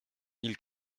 mille